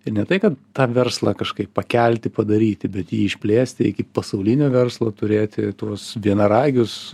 ir ne tai kad tą verslą kažkaip pakelti padaryti bet jį išplėsti iki pasaulinio verslo turėti tuos vienaragius